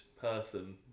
person